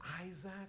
Isaac